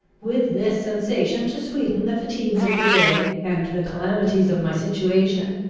with this sensation to sweeten the fatigues of the day and the calamities of my situation,